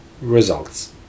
Results